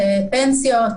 פנסיות,